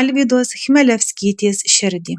alvydos chmelevskytės širdį